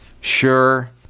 Sure